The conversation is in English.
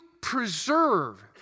preserve